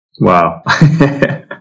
Wow